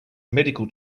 medical